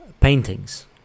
paintings